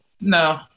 No